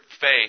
faith